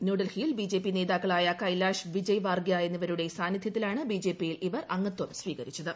ന്യൂഡൽഹിയിൽ B J P നേതാക്കളായ കൈലാഷ് വിജയ് വാർഗിയ എന്നിവരുടെ സാന്നിധ്യത്തിലാണ് ബി ജെ പിയിൽ ഇവർ അംഗത്വം സ്വീകരിച്ചത്